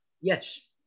Yes